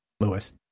Lewis